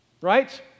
right